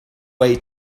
way